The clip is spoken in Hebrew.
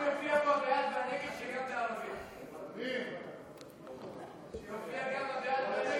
ההצעה להעביר את הצעת חוק שידורי ערוץ